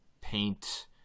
paint